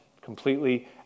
completely